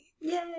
Yay